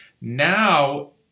Now